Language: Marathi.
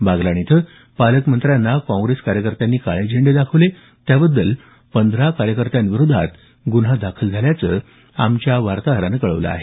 बागलाण इथं पालकमंत्र्यांना काँग्रेस कार्यकर्त्यांनी काळे झेंडे दाखवले त्याबद्दल पंधरा कार्यकर्त्यां विराधात गुन्हा दाखल झाल्याचं आमच्या वार्ताहरानं कळवलं आहे